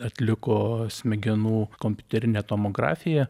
atliko smegenų kompiuterinę tomografiją